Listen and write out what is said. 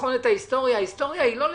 ולבחון את ההיסטוריה ההיסטוריה היא לא לטובתכם,